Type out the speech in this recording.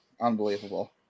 Unbelievable